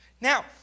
Now